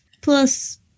Plus